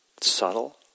subtle